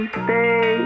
stay